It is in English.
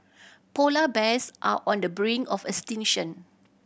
polar bears are on the brink of extinction